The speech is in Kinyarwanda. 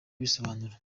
abisobanura